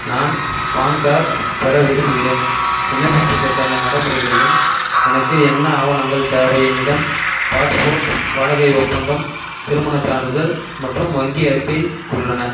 நான் பான்கார்ட் பெற விரும்புகிறேன் விண்ணப்பிப்பதற்கான நடைமுறைகள் எண் எனக்கு என்ன ஆவணங்கள் தேவை என்னிடம் பாஸ்போர்ட் வாடகை ஒப்பந்தம் திருமணச் சான்றிதழ் மற்றும் வங்கி அறிக்கை உள்ளன